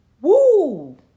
Woo